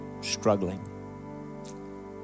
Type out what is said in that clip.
struggling